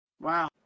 wow